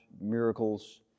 miracles